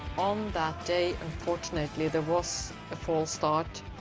um that day, unfortunately, there was a false start.